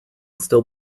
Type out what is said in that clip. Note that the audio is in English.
still